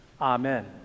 Amen